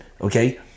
Okay